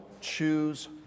choose